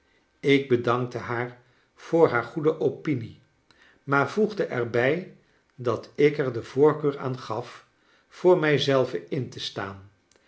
ik bedankte haar voor haar goede opinie maar voegde er bij dat ik er de voorkeur aan gaf voor mij zelve in te staan